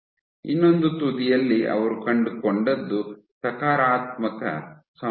ಇನ್ನೊಂದು ತುದಿಯಲ್ಲಿ ಅವರು ಕಂಡುಕೊಂಡದ್ದು ಸಕಾರಾತ್ಮಕ ಸಂಬಂಧ